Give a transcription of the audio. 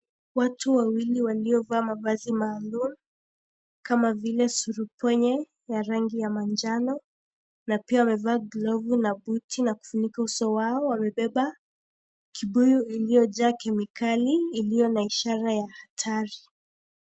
Watu wawili waliovaa mavazi maalum, kama vile surupwenye ya rangi ya manjano na pia wamevaa glovu na buti na kufunika uso wao wamebeba kibuyu iliyojaa kemikali iliyo na ishara ya tari.